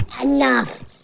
enough